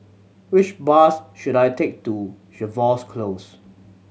which bus should I take to Jervois Close